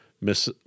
Miss